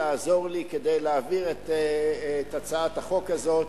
לעזור לי כדי להעביר את הצעת החוק הזאת,